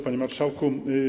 Panie Marszałku!